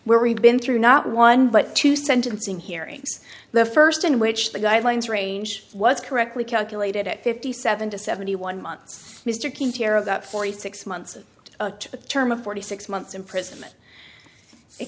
where we've been through not one but two sentencing hearings the first in which the guidelines range was correctly calculated at fifty seven to seventy one months mr king care about forty six months of a term of forty six months imprison